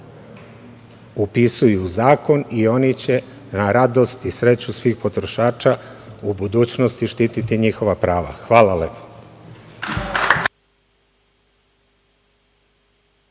upisuju u zakon i oni će, na radost i sreću svih potrošača, u budućnosti štititi njihova prava. Hvala lepo.